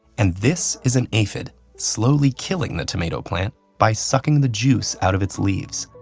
and this is an aphid slowly killing the tomato plant by sucking the juice out of its leaves.